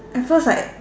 at first like